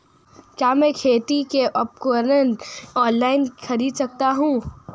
क्या मैं खेती के उपकरण ऑनलाइन खरीद सकता हूँ?